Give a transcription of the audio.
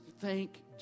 thank